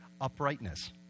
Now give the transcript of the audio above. uprightness